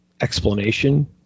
explanation